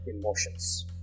emotions